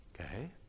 Okay